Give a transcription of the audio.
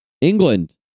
England